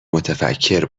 متفکر